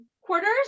quarters